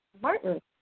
Martin